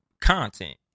content